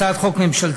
הצעת חוק ממשלתית.